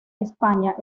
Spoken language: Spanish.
españa